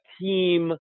team